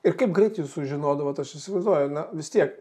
ir kaip greit jūs sužinodavot aš įsivaizduoju na vis tiek